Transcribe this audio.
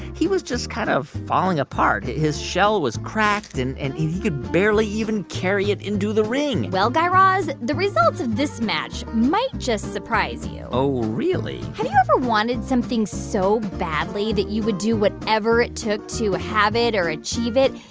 he was just kind of falling apart. his shell was cracked, and and he could barely even carry it into the ring well, guy raz, the results of this match might just surprise you oh, really? have you ever wanted something so badly that you would do whatever it took to have it or achieve it,